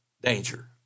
danger